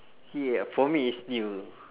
yeah for me it's new